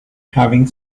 having